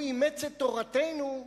הוא אימץ את תורתנו,